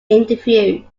interview